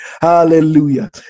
hallelujah